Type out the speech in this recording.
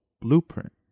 blueprint